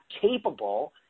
capable